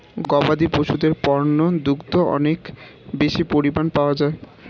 গবাদি পশুদের পণ্য দুগ্ধ অনেক বেশি পরিমাণ পাওয়া যায়